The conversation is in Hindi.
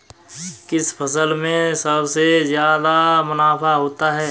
किस फसल में सबसे जादा मुनाफा होता है?